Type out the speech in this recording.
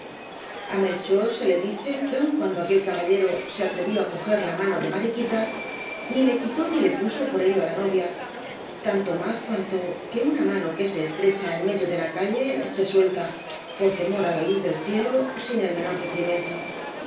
á melchor se le dice que aun cuando aquel caballero se atrevió á coger la mano de mariquita ni le quitó ni le puso por ello á la novia tanto más cuanto que una mano que se estrecha en medio de la calle se suelta por temor á la luz del cielo sin el menor detrimento